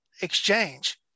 exchange